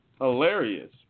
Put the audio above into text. hilarious